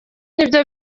nibyo